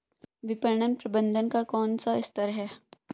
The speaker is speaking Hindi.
विपणन प्रबंधन का कौन सा स्तर है?